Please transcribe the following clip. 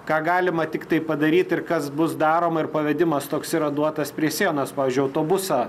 ką galima tiktai padaryt ir kas bus daroma ir pavedimas toks yra duotas prie sienos pavyzdžiui autobusą